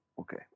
okay